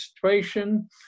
situation